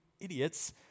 idiots